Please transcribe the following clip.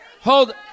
hold